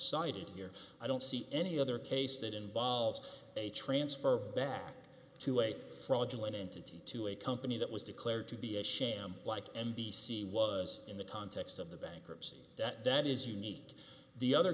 cited here i don't see any other case that involves a transfer back to a fraudulent entity to a company that was declared to be a sham like n b c was in the context of the bankruptcy that that is unique the other